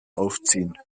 aufziehen